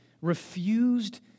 refused